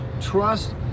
Trust